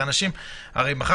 הרי מחר,